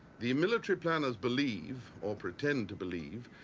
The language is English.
the military planners believe, or pretend to believe,